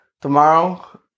tomorrow